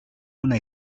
una